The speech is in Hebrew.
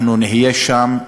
אנחנו נהיה שם,